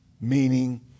meaning